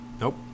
Nope